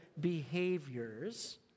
behaviors